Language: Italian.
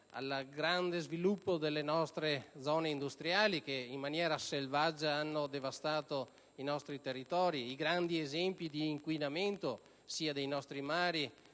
al grande sviluppo delle nostre zone industriali che, in maniera selvaggia, hanno devastato i nostri territori e ai grandi esempi di inquinamento, sia dei nostri mari